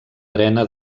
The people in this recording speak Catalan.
drena